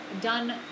done